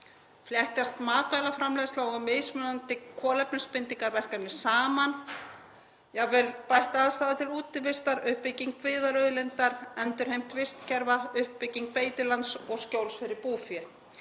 Fléttast matvælaframleiðsla og mismunandi kolefnisbindingarverkefni saman, jafnvel bætt aðstaða til útivistar, uppbygging byggðarauðlindar, endurheimt vistkerfa, uppbygging beitilands og skjól fyrir búfé?